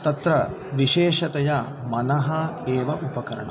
तत्र विशेषतया मनः एव उपकरणम्